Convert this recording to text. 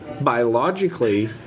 biologically